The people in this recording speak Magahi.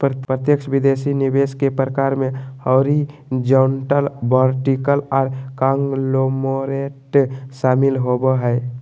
प्रत्यक्ष विदेशी निवेश के प्रकार मे हॉरिजॉन्टल, वर्टिकल आर कांगलोमोरेट शामिल होबो हय